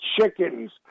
chickens